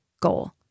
goal